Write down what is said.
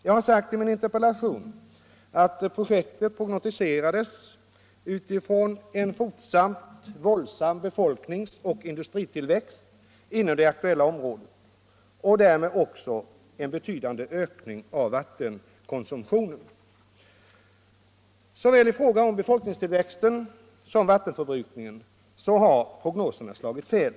Jag har i min interpellation sagt att projektet prognostiserades utifrån en fortsatt våldsam befolkningsoch industritillväxt inom det aktuella området och därmed också en betydande ökning av vattenkonsumtionen. I fråga om såväl befolkningstillväxt som vattenförbrukning har prognoserna slagit fel.